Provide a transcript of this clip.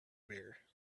beer